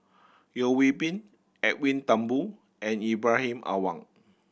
Yeo Hwee Bin Edwin Thumboo and Ibrahim Awang